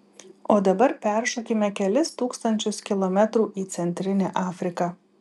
o dabar peršokime kelis tūkstančius kilometrų į centrinę afriką